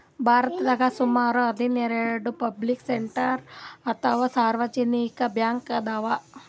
ಭಾರತದಾಗ್ ಸುಮಾರ್ ಹನ್ನೆರಡ್ ಪಬ್ಲಿಕ್ ಸೆಕ್ಟರ್ ಅಥವಾ ಸಾರ್ವಜನಿಕ್ ಬ್ಯಾಂಕ್ ಅದಾವ್